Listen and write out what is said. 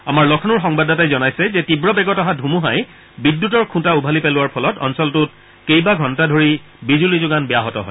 আমাৰ লক্ষ্ণৌৰ সংবাদদাতাই জনাইছে যে তীৱবেগত অহা ধুমুহাই বিদ্যুতৰ খুঁটা উভালি পেলোৱাৰ ফলত অঞ্চলটোত কেইবাঘণ্টা ধৰি বিজুলী যোগান ব্যাহত হয়